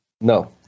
No